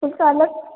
इसका अलग